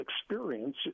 experience